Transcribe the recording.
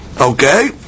Okay